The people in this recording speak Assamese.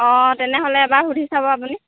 অঁ তেনেহ'লে এবাৰ সুধি চাব আপুনি